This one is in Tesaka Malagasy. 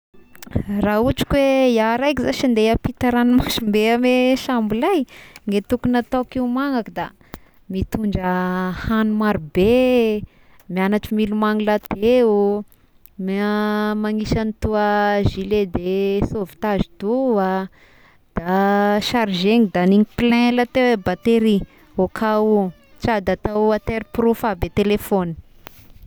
Raha ohatry ka hoe iaho raika zashy andeha hiampita ranomasimbe ame sambolay ny tokony ataoko ihomagnako da mitondra hagny maro be, mianatry milomagno lahateo, manisy an'itoa gilet de sauvetage toa, da sargegny da igny plein lahateo batery au cas ou sady atao waterproof aby i telefona.